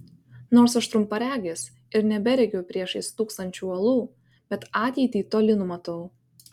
nors aš trumparegis ir neberegiu priešais stūksančių uolų bet ateitį toli numatau